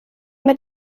mit